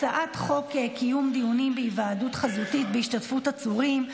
קיום דיונים בהיוועדות חזותית בהשתתפות עצורים,